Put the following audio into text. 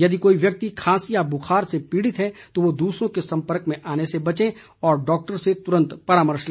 यदि कोई व्यक्ति खांसी या बुखार से पीड़ित है तो वह दूसरों के संपर्क में आने से बचे और डॉक्टर से तुरंत परामर्श ले